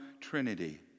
Trinity